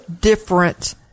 different